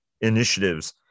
initiatives